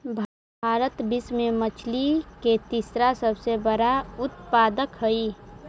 भारत विश्व में मछली के तीसरा सबसे बड़ा उत्पादक हई